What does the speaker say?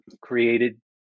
created